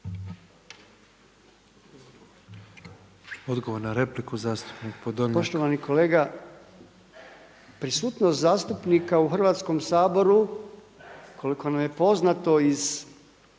Odgovor na repliku zastupnik Batinić.